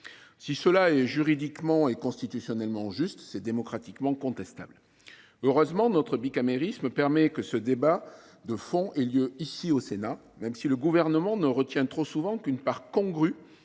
situation est juridiquement et constitutionnellement licite, elle est démocratiquement contestable. Heureusement, le bicamérisme contribue à ce que le débat de fond ait lieu ici, au Sénat, même si le Gouvernement ne retient trop souvent qu’une faible